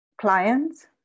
clients